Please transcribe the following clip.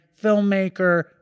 filmmaker